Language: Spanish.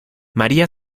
maría